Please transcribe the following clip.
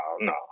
no